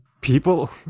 People